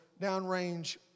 downrange